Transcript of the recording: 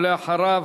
ולאחריו,